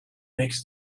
makes